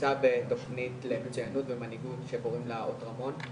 נמצא בתוכנית למצוינות ולמנהיגות שקוראים לה אות רמון,